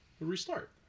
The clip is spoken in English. restart